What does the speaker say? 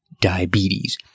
diabetes